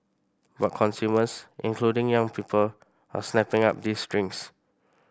but consumers including young people are snapping up these drinks